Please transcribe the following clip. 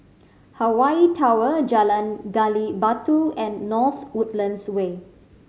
Hawaii Tower Jalan Gali Batu and North Woodlands Way